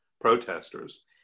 Protesters